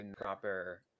proper